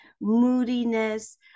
moodiness